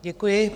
Děkuji.